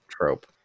trope